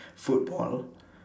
football